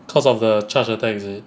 because of the charge attack is it